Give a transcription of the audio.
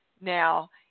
now